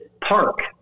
park